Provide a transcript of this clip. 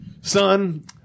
Son